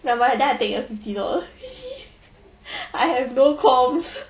nevermind then I take your fifty dollars I have no qualms